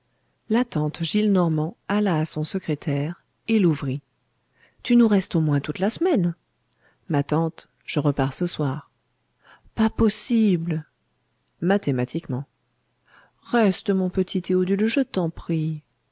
la tante gillenormand alla à son secrétaire et l'ouvrit tu nous restes au moins toute la semaine ma tante je repars ce soir pas possible mathématiquement reste mon petit théodule je t'en prie